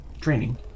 training